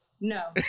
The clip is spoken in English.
no